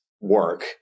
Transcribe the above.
work